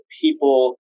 people